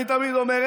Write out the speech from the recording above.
אני תמיד אומר,